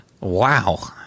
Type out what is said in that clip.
Wow